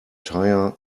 tire